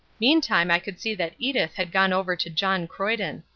meantime i could see that edith had gone over to john croyden.